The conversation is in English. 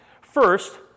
First